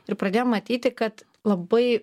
ir pradėjom matyti kad labai